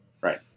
right